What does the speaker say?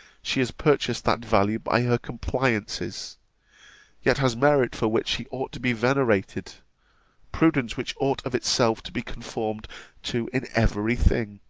she has purchased that value by her compliances yet has merit for which she ought to be venerated prudence which ought of itself to be conformed to in every thing.